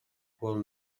will